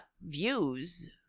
views